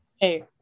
Hey